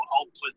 output